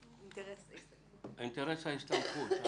אינטרס ההסתמכות.